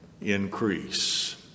increase